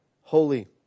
holy